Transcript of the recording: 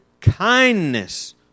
kindness